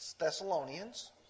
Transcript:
Thessalonians